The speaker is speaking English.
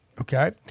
Okay